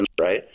right